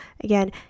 again